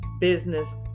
business